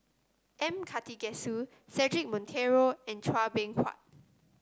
M Karthigesu Cedric Monteiro and Chua Beng Huat